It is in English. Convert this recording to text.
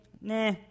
Nah